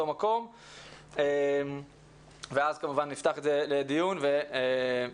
מקום ואז כמובן נפתח את זה לדיון ונצביע.